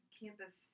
campus